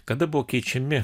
kada buvo keičiami